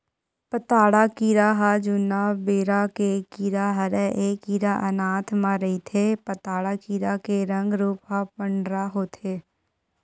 पताड़ा कीरा ह जुन्ना बेरा के कीरा हरय ऐ कीरा अनाज म रहिथे पताड़ा कीरा के रंग रूप ह पंडरा होथे